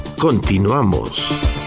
continuamos